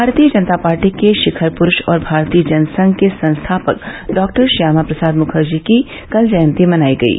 भारतीय जनता पार्टी के शिखर प्रुष और भारतीय जनसंघ के संस्थापक डाक्टर श्यामा प्रसाद मुखर्जी की कल जयंती मनाई गयी